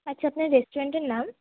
আচ্ছা আপনার রেস্টুরেন্টের নাম